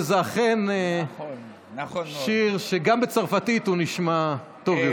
וזה אכן שיר שגם בצרפתית הוא נשמע טוב יותר.